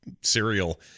cereal